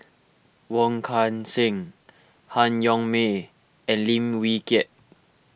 Wong Kan Seng Han Yong May and Lim Wee Kiak